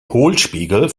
hohlspiegel